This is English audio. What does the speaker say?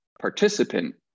participant